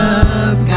up